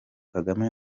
kagame